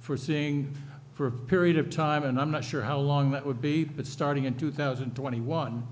for seeing for a period of time and i'm not sure how long that would be but starting in two thousand twenty one